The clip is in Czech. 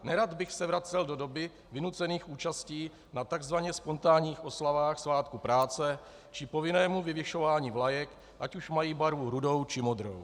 Nerad bych se vracel do doby vynucených účastí na takzvaně spontánních oslavách Svátku práce či k povinnému vyvěšování vlajek, ať už mají barvu rudou, či modrou.